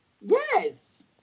Yes